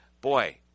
Boy